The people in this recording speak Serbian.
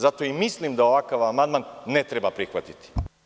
Zato i mislim da ovakav amandman ne treba prihvatiti.